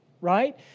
Right